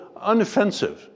unoffensive